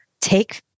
take